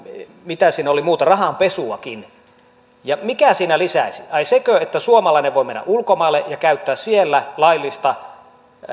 mitä siinä oli muuta rahanpesuakin mikä siinä lisäisi ai sekö että suomalainen voi mennä ulkomaille ja käyttää siellä laillista